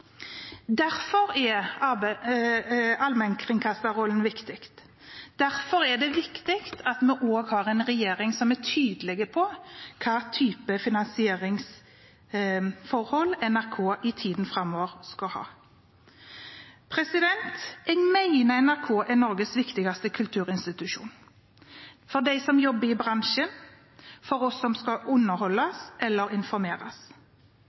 Derfor er allmennkringkasterrollen viktig. Derfor er det viktig at vi også har en regjering som er tydelig på hva slags finansieringsforhold NRK i tiden framover skal ha. Jeg mener NRK er Norges viktigste kulturinstitusjon – for dem som jobber i bransjen, og for oss som skal underholdes eller informeres.